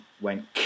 went